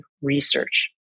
research